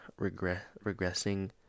regressing